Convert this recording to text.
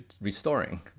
restoring